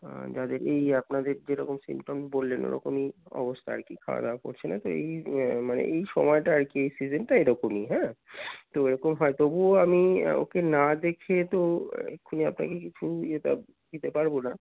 যাদের এই আপনাদের যেরকম সিমটম বললেন ওরকমই অবস্থা আর কি খাওয়া দাওয়া করছে না তো এই মানে এই সময়টা আর কি এই সিজেনটা এইরকমই হ্যাঁ তো এরকম হয় তবুও আমি ওকে না দেখে তো এক্ষুনি আপনাকে কিছু ইয়ে দিতে পারবো না